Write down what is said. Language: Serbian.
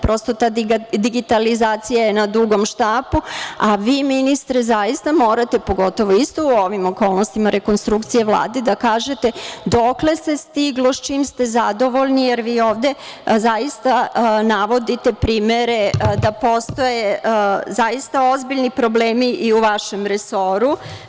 Prosto ta digitalizacija je na dugom štapu, a vi ministre zaista morate, pogotovo isto u ovim okolnostima rekonstrukcije Vlade, da kažete dokle se stiglo, sa čime ste zadovoljni, jer vi ovde zaista navodite primere da postoje zaista ozbiljni problemi i u vašem resoru.